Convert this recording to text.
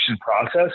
process